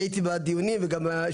אני הייתי בדיונים וגם,